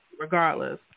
regardless